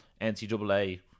NCAA